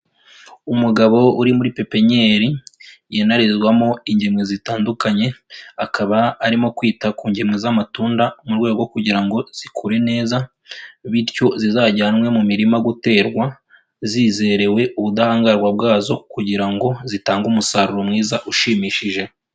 Umugabo uri muri pepenyeri yinarizwamo ingemwe zitandukanye, akaba arimo kwita ku ngemwe z'amatunda mu rwego rwo kugira ngo zikure neza, bityo zizajyanwe mu mirima guterwa, zizerewe ubudahangarwa bwazo kugira ngo zitange umusaruro mwiza ushimishije.